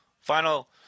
final